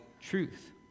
truth